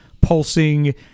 pulsing